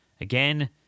Again